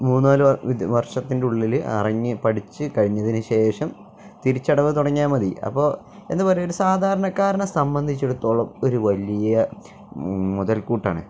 മൂന്നുനാലു വർഷത്തിൻ്റെ ഉള്ളില് അറിഞ്ഞു പഠിച്ചുകഴിഞ്ഞതിനുശേഷം തിരിച്ചടവു തുടങ്ങിയാല് മതി അപ്പോള് എന്താണു പറയുക ഒരു സാധാരണക്കാരനെ സംബന്ധിച്ചിടത്തോളം ഒരു വലിയ മുതൽക്കൂട്ടാണ്